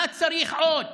מה צריך עוד?